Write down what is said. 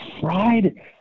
fried